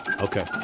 Okay